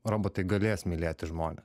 robotai galės mylėti žmones